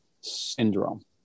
syndrome